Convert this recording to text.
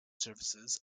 services